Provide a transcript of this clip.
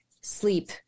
sleep